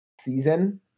season